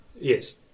Yes